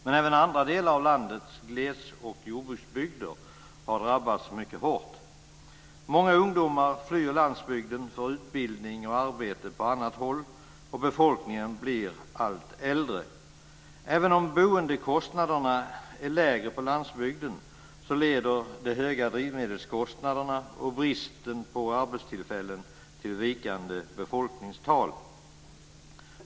Men även andra delar av landets gles och jordbruksbygder har drabbats mycket hårt. Många ungdomar flyr landsbygden för utbildning och arbete på annat håll, och befolkningen blir allt äldre. Även om boendekostnaderna är lägre på landsbygden, så leder de höga drivmedelskostnaderna och bristen på arbetstillfällen till vikande befolkningstal.